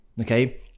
okay